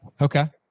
Okay